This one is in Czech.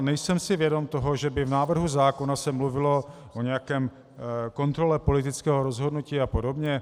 Nejsem si vědom toho, že by se v návrhu zákona mluvilo o nějaké kontrole politického rozhodnutí apod.